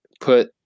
put